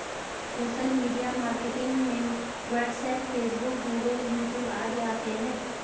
social media marketing में WhatsApp Facebook Google YouTube आदि आते है